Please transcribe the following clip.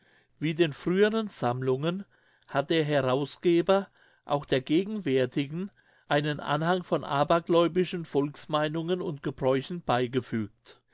wie den früheren sammlungen hat der herausgeber auch der gegenwärtigen einen anhang von abergläubischen volksmeinungen und gebräuchen beigefügt